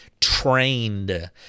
trained